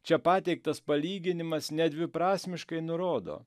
čia pateiktas palyginimas nedviprasmiškai nurodo